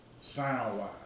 sound-wise